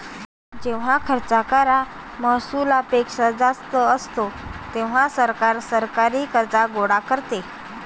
जेव्हा खर्च कर महसुलापेक्षा जास्त असतो, तेव्हा सरकार सरकारी कर्ज गोळा करते